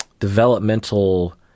developmental